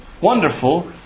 Wonderful